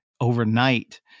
overnight